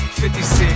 56